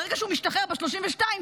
ברגע שהוא משתחרר ב-32,